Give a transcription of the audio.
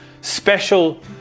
special